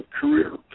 career